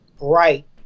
right